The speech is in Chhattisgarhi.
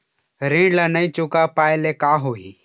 ऋण ला नई चुका पाय ले का होही?